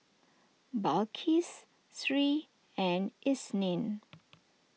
Balqis Sri and Isnin